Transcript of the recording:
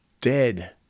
dead